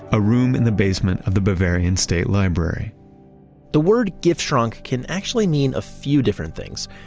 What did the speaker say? a room in the basement of the bavarian state library the word giftschrank can actually mean a few different things.